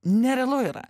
nerealu yra